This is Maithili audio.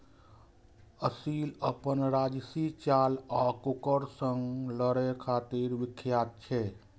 असील अपन राजशी चाल आ कुकुर सं लड़ै खातिर विख्यात छै